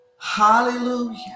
Hallelujah